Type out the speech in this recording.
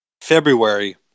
February